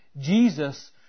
Jesus